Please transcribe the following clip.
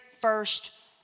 first